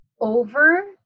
over